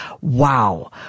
Wow